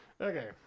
Okay